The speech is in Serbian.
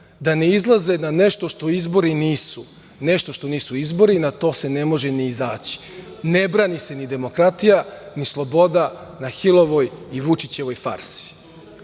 da ne izlaze na nešto što izbori nisu, nešto što nisu izbori na to se ne može ni izaći. Ne brani se ni demokratija, ni sloboda na Hilovoj i Vučićevoj farsi,